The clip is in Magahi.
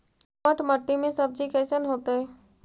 दोमट मट्टी में सब्जी कैसन होतै?